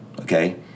okay